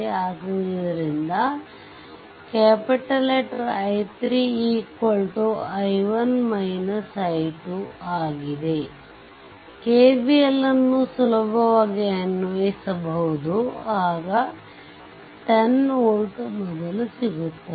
ಆದ್ದರಿಂದ I3 i1 i2 ಆದ್ದರಿಂದ KVL ಅನ್ನು ಸುಲಭವಾಗಿ ಅನ್ವಯಿಸಬಹದು ಆಗ 10 ವೋಲ್ಟ್ ಮೊದಲು ಸಿಗುತ್ತದೆ